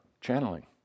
channeling